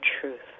truth